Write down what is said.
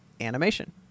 animation